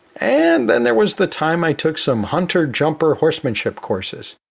and then there was the time i took some hunter-jumper horsemanship courses.